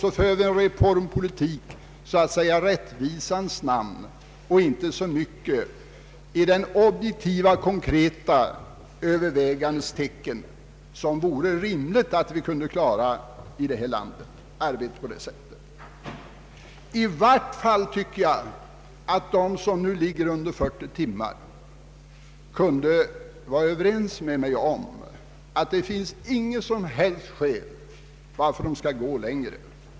Detta föder en reformpolitik så att säga i rättvisans namn och inte så mycket i det objektiva, konkreta övervägandets tecken, något som vi rimligtvis borde kunna klara i vårt land. I varje fall tycker jag att de som nu ligger under 40 timmar kunde vara ense med mig om att det inte finns något som helst skäl till att gå längre.